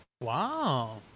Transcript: Wow